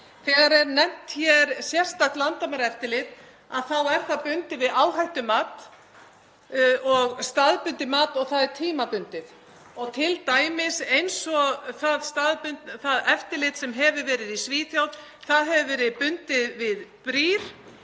Þegar er nefnt hér sérstakt landamæraeftirlit þá er það bundið við áhættumat og staðbundið mat og það er tímabundið. Til dæmis eins og það eftirlit sem hefur verið í Svíþjóð, (Forseti hringir.) það hefur verið bundið við brýr